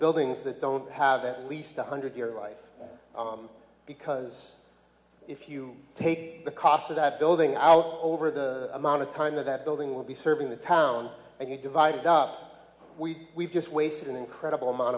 buildings that don't have at least one hundred year life because if you take the cost of that building out over the amount of time that that building will be serving the town and you divide up we just wasted an incredible amount